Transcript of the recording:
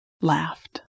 laughed